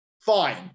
Fine